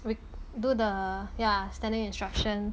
we do the ya standing instruction